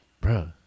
bro